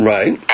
Right